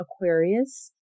Aquarius